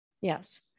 Yes